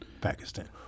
pakistan